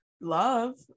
love